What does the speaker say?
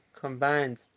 combined